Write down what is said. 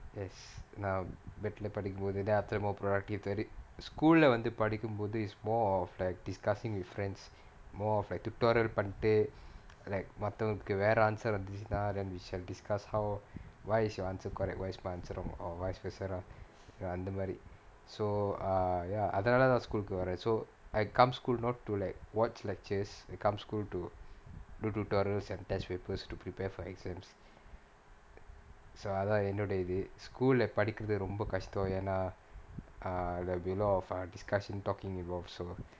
yes நா வீட்டுல படிக்கும்போது:naa veetula padikkumpothu school வந்து படிக்கும்போது:vanthu padikkumpothu is more of like discussing with friends more of like tutorials பண்ணிட்டு:panittu like மத்தவங்களுக்கு வேற:maththavangalukku vera answer வந்துச்சுனா:vandhuchchunaa then we shall discuss how why is your answer correct why is my answer wrong or vice versa lah அந்த மாரி:antha maari so uh ya அதனால தான்:athanaala thaan school வரேன்:varaen so I come school not to like watch lectures I come school to do tutorials and test papers to prepare for exams so அதான் என்னுடைய இது:athaan ennudaiya ithu school படிக்குறது ரொம்ப கஷ்டம் ஏன்னா:padikkirathu romba kashtam yaennaa uh there will be a lot of uh discussion talking involved so